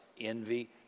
envy